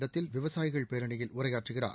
இடத்தில் விவசாயிகள் பேரணியில உரையாற்றுகிறார்